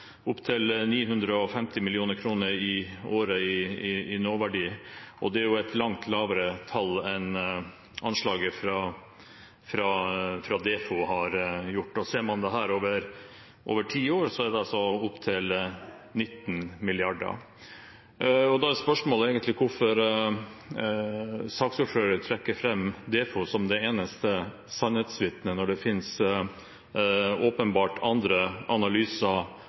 opptil 950 mill. kr i året i nåverdi. Det er et langt lavere tall enn anslaget fra Defo, og ser man dette over ti år, er det altså opptil 19 mrd. kr. Spørsmålet er egentlig hvorfor saksordføreren trekker fram Defo som det eneste sannhetsvitnet, når det åpenbart finnes andre analyser